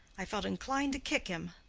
i felt inclined to kick him.